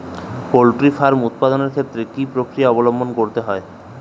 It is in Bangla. পোল্ট্রি ডিম উৎপাদনের ক্ষেত্রে কি পক্রিয়া অবলম্বন করতে হয়?